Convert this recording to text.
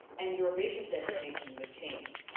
and your racial designation would change.